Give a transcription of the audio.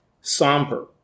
somber